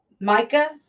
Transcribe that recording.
Micah